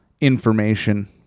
information